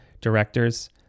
directors